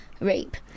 rape